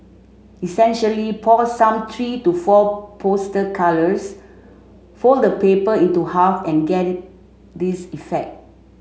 essentially pour some three to four poster colours fold the paper into half and get this effect